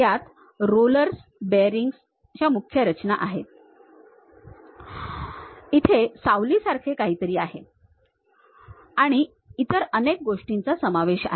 त्यात rollers bearings मुख्य रचना आहे इथे सावलीसारखे काहीतरी आहे आणि इतर अनेक गोष्टींचा समावेश आहे